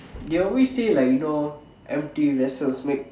they always say like you know empty vessels makes